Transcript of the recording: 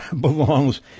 belongs